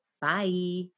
Bye